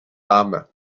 arme